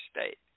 state